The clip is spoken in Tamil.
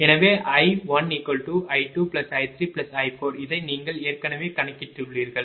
எனவே I1i2i3i4 இதை நீங்கள் ஏற்கனவே கணக்கிட்டுள்ளீர்கள்